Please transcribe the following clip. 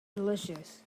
delicious